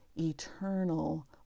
eternal